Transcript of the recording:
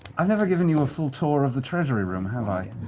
i've never given you a full tour of the treasury room, have i?